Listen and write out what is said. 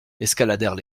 escaladèrent